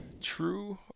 True